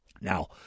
Now